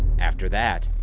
after that,